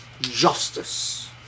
justice